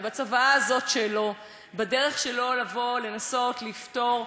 ובצוואה הזאת שלו, בדרך שלו לבוא לנסות לפתור,